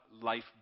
life